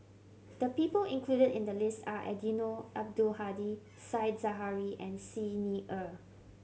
the people included in the list are Eddino Abdul Hadi Said Zahari and Xi Ni Er